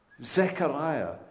Zechariah